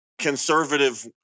Conservative